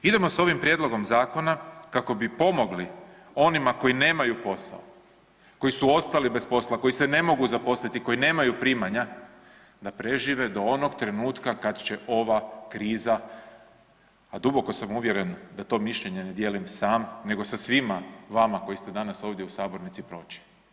Idemo s ovim prijedlogom zakona kako bi pomogli onima koji nemaju posao, koji su ostali bez posla, koji se ne mogu zaposliti, koji nemaju primanja, da prežive do onog trenutka kad će ova kriza, a duboko sam uvjeren da to mišljenje ne dijelim sam nego sa svima vama koji ste danas ovdje u sabornici, proći.